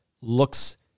looks